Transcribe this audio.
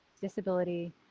disability